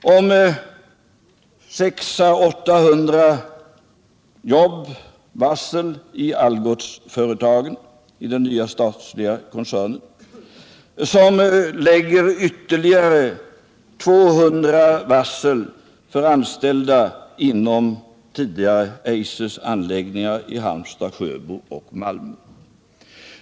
Det gäller varsel för 600-800 jobb i Algotsföretagen — den nya statliga koncernen. Nu är det fråga om ytterligare 200 varsel för anställda inom Eisers anläggningar i Halmstad, Sjöbo och Malmö.